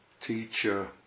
teacher